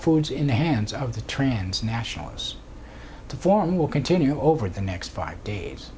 foods in the hands of the trans national us to form will continue over the next five days